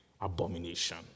abomination